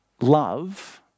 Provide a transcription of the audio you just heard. Love